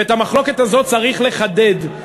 ואת המחלוקת הזאת צריך לחדד.